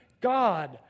God